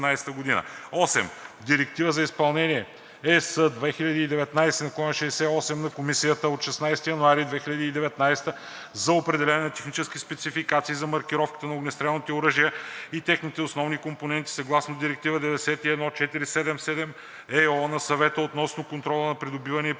8. Директива за изпълнение (ЕС) 2019/68 на Комисията от 16 януари 2019 г. за определяне на технически спецификации за маркировката на огнестрелните оръжия и техните основни компоненти съгласно Директива 91/477/ЕИО на Съвета относно контрола на придобиването